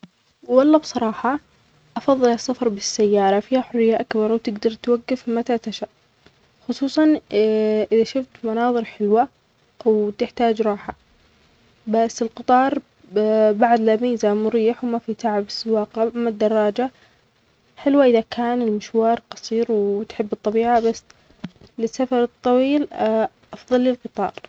وولا بصراحة أفظل الصفر بالسيارة فيها حرية أكبر وتقدر توقف متى تشاء خصوصا إذا شفت مناظر حلوة وتحتاج راحة بس القطار بعد لميزة مريح ومفي تعب السواقه من الدراجة حلو إذا كان المشوار قصير وتحب الطبيعة بس لسفر الطويل أفظل القطار